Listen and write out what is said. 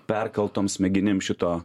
perkaltoms smegenims šito